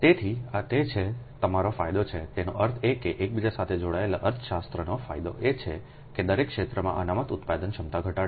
તેથી આ તે છે જે તમારો ફાયદો છેતેનો અર્થ એ કે એકબીજા સાથે જોડાયેલા અર્થશાસ્ત્રનો ફાયદો એ છે કે દરેક ક્ષેત્રમાં અનામત ઉત્પાદન ક્ષમતા ઘટાડવી